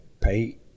pay